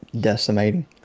decimating